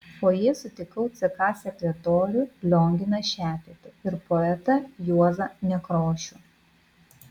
fojė sutikau ck sekretorių lionginą šepetį ir poetą juozą nekrošių